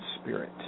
spirit